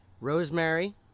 Rosemary